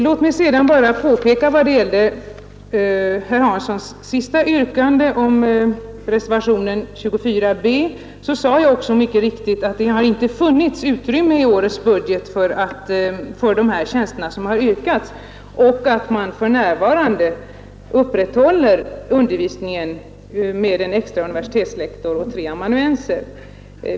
Låt mig sedan bara beträffande herr Hanssons sista yrkande om bifall till reservation 4 b påpeka vad jag tidigare sade, nämligen att det i årets budget inte funnits utrymme för de tjänster som föreslagits och att undervisningen för närvarande upprätthålls med en extra universitetslektor och tre amanuenser.